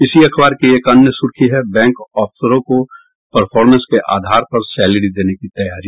इसी अखबार की एक अन्य सुर्खी है बैंक अफसरों को परफॉरमेंस के आधार पर सैलरी देने की तैयारी